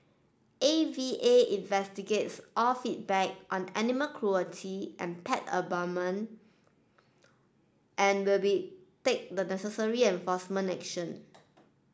A V A investigates all feedback on animal cruelty and pet abandonment and will be take the necessary enforcement action